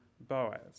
Boaz